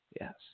Yes